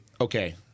okay